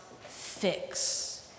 fix